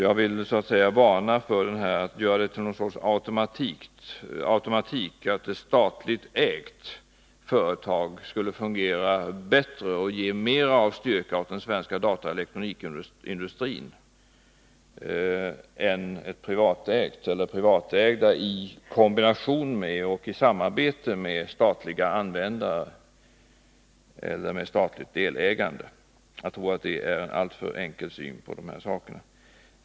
Jag vill varna för att göra det till någon sorts automatik att ett statligt ägt företag skulle fungera bättre och ge mer av styrka åt den svenska dataoch elektronikindustrin än ett privatägt eller privatägda i kombination och samarbete med statliga användare eller med statligt delägande. Jag tror det är en alltför enkel syn på de här sakerna.